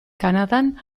kanadan